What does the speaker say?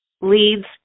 leads